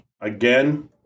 again